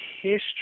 history